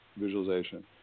visualization